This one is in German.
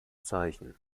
zeichen